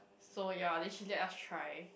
so ya actually let us try